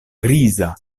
griza